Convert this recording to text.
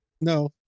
no